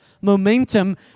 momentum